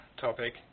topic